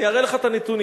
אני אראה לך את הנתונים.